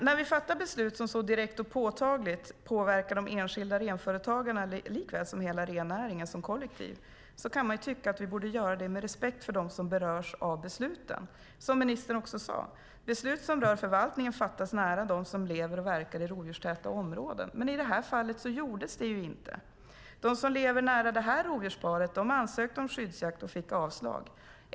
När vi fattar beslut som så direkt och påtagligt påverkar de enskilda renföretagarna, likväl som hela rennäringen som kollektiv, kan man tycka att vi borde göra det med respekt för dem som berörs av besluten. Ministern sade också "att beslut som rör förvaltningen fattas nära de människor som lever och verkar i rovdjurstäta områden". Men i detta fall gjordes det inte. De som lever nära det här rovdjursparet ansökte om skyddsjakt och fick avslag.